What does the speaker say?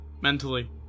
mentally